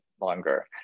longer